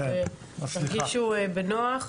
אז תרגישו בנוח.